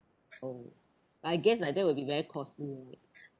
oh I guess like that will be very costly right